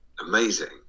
amazing